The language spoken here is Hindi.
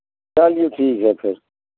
चलिए ठीक है फिर